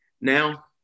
Now